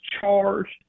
charged